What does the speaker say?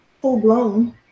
full-blown